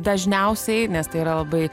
dažniausiai nes tai yra labai